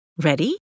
Ready